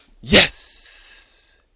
Yes